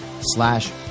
slash